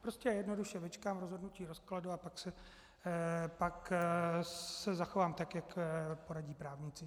Prostě a jednoduše vyčkám rozhodnutí rozkladu a pak se zachovám tak, jak poradí právníci.